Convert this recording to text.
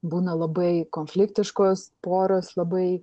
būna labai konfliktiškos poros labai